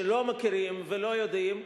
שלא מכירים ולא יודעים,